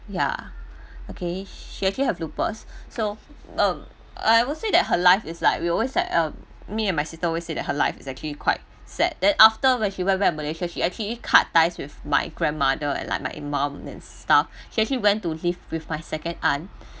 ya okay she actually have lupus so um I would say that her life is like we always like um me and my sister always say that her life is actually quite sad then after when she went back to malaysia she actually cut ties with my grandmother and like my in mom and stuff she actually went to live with my second aunt